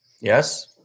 Yes